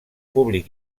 públic